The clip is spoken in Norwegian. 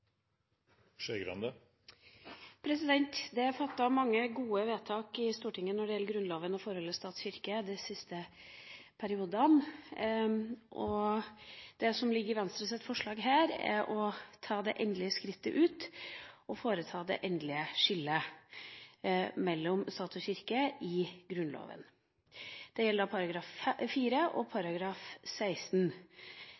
stat–kirke Det er fattet mange gode vedtak i Stortinget når det gjelder Grunnloven og forholdet stat–kirke de siste periodene, og det som ligger i Venstres forslag her, er å ta det endelige skrittet ut og foreta det endelige skillet mellom stat og kirke i Grunnloven. Det gjelder § 4 og